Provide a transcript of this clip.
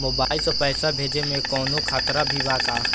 Mobile से पैसा भेजे मे कौनों खतरा भी बा का?